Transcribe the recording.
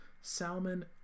Salmon